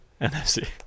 NFC